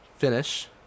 finish